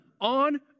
on